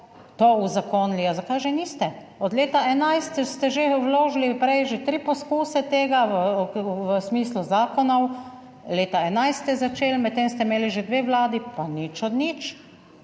to uzakonili, ja zakaj že niste. Od leta 11 ste že vložili prej že tri poskuse tega v smislu zakonov, leta 11 ste začeli, medtem ste imeli že dve vladi pa nič od nič.